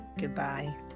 Goodbye